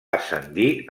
ascendir